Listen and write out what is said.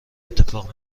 اتفاق